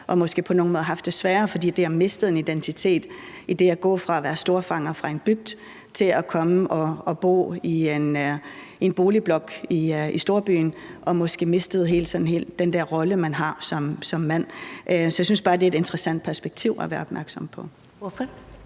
og måske på en måde har haft det sværere, fordi de har mistet en identitet ved at gå fra at være storfangere i en bygd til at komme til at bo i en boligblok i storbyen og derved måske har mistet hele den der rolle, de har haft som mand. Så jeg synes bare, at det er et interessant perspektiv at være opmærksom på. Kl.